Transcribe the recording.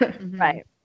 right